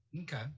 Okay